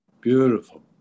Beautiful